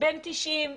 בן 90,